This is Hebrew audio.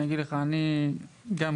אני לא אגיד לך מה לעשות,